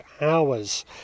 hours